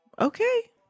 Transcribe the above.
Okay